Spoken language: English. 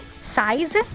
Size